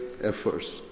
efforts